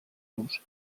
los